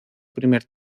primer